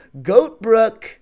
Goatbrook